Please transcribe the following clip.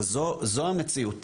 זו המציאות.